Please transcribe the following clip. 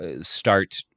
start